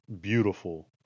beautiful